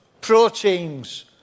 proteins